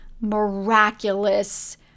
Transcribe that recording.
miraculous